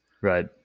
Right